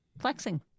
flexing